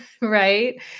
right